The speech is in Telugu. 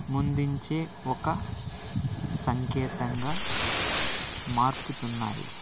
అందించే ఒక సంకేతంగా మారుతున్నాయి